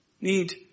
need